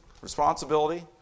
Responsibility